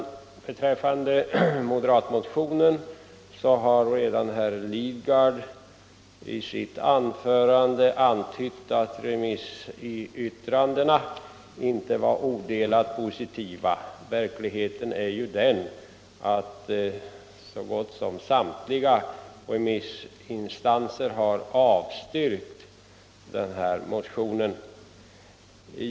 Beträffande moderatmotionen har redan herr Lidgard i sitt anförande antytt att remissyttrandena inte var odelat positiva. Verkligheten är den att så gott som samtliga remissinstanser har avstyrkt motionen.